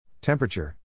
Temperature